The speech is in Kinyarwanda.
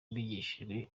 bigishijwe